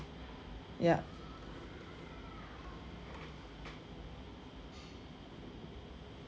yup